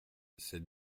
cette